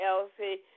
Elsie